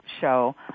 show